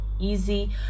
easy